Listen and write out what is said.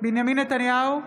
בנימין נתניהו,